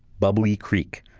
bubblingf creek.